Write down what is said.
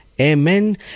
Amen